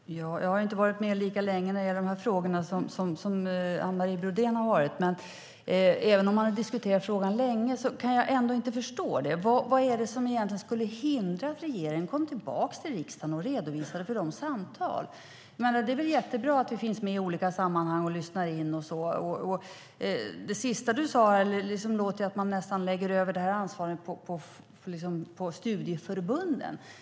Fru talman! Jag har inte varit med lika länge som Anne Marie Brodén när det gäller de här frågorna. Även om man har diskuterat frågan länge kan jag inte förstå vad det är som skulle hindra att regeringen kom tillbaka till riksdagen och redovisade samtalen? Det är väl jättebra att vi finns med i olika sammanhang och lyssnar in och så vidare. Det sista Anne Marie Brodén sade låter som om man lägger över ansvaret på studieförbunden.